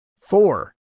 four